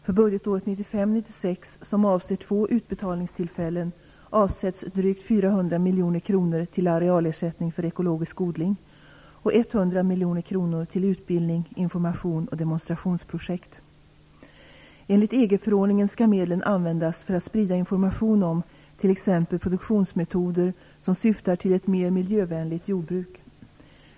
För budgetåret 1995/96, som avser två utbetalningstillfällen, avsätts drygt 400 Enligt EG-förordningen skall medlen användas för att sprida information om t.ex. produktionsmetoder som syftar till ett mer mijövänligt jordbruk.